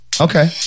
Okay